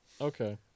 Okay